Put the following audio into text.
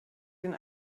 den